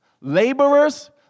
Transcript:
laborers